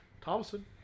Thomason